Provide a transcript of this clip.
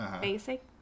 basic